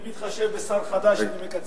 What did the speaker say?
אני אתחשב בשר חדש ואני אקצר.